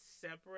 separate